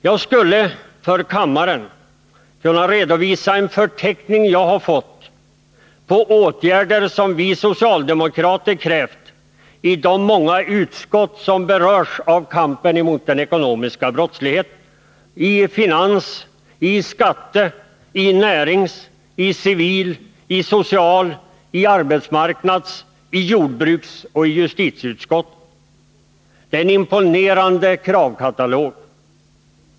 Jag skulle kunna redovisa för kammaren en förteckning jag har fått över åtgärder som vi socialdemokrater krävt i de många utskott som berörs av frågor som gäller kampen mot den ekonomiska brottsligheten: finans-, skatte-, närings-, civil-, social-, arbetsmarknads-, jordbruksoch justitieutskotten. Det är en imponerande kravkatalog.